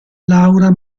laura